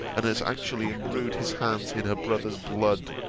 and has actually embrued his hands in her brother's blood.